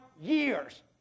years